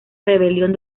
rebelión